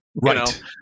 Right